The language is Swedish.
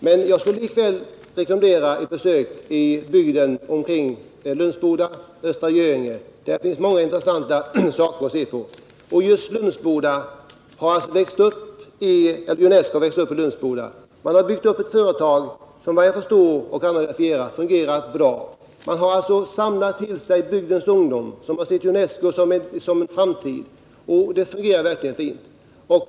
Men jag skulle likväl rekommendera ett besök i bygden omkring Lönsboda, i Östra Göinge. Där finns det mycket intressant att se Junesco har växt upp i Lönsboda. Man har byggt upp ett företag som, enligt vad jag förstår och som andra kan verifiera, har fungerat bra. Det har samlat till sig bygdens ungdom, som har sett sin anställning vid Junesco som en tryggad framtid, och det har verkligen också fungerat fint.